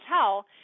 tell